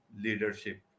leadership